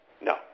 No